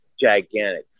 gigantic